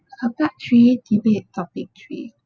uh part three debate topic three